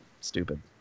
stupid